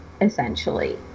essentially